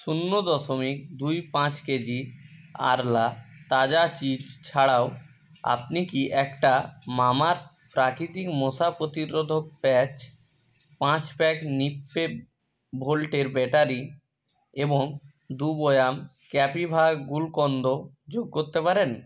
শূন্য দশমিক দুই পাঁচ কেজি আরলা তাজা চিজ ছাড়াও আপনি কি একটা মামাআর্থ প্রাকৃতিক মশা প্রতিরোধক পাঁচ পাঁচ প্যাক নিপ্পো ভোল্টের ব্যাটারি এবং দু বয়াম ক্যাপিভা গুলকন্দ যোগ করতে পারেন